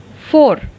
four